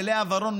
ללאה ורון,